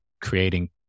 creating